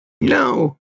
No